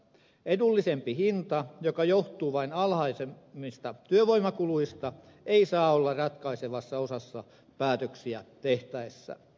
edullisempi hinta joka johtuu vain alhaisemmista työvoimakuluista ei saa olla ratkaisevassa osassa päätöksiä tehtäessä